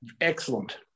Excellent